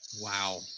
Wow